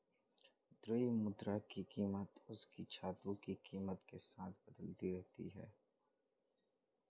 द्रव्य मुद्रा की कीमत उसकी धातु की कीमत के साथ बदलती रहती है